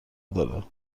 داره